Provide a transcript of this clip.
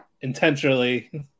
intentionally